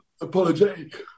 apologetic